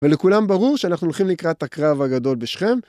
ולכולם ברור שאנחנו הולכים לקראת הקרב הגדול בשכם.